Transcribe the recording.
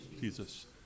Jesus